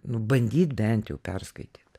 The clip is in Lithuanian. nu bandyt bent jau perskaityt